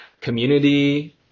community